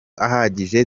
ahagije